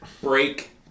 break